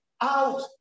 out